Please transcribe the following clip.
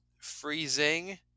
Freezing